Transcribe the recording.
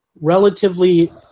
relatively